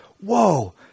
Whoa